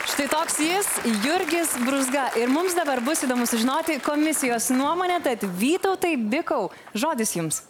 štai toks jis jurgis brūzga ir mums dabar bus įdomu sužinoti komisijos nuomonę tad vytautai bikau žodis jums